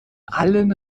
allen